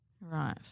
Right